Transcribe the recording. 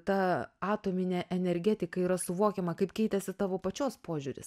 ta atominė energetika yra suvokiama kaip keitėsi tavo pačios požiūris